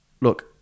look